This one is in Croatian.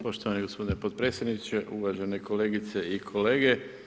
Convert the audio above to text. Poštovani gospodine potpredsjedniče, uvažene kolegice i kolege.